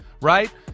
right